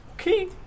okay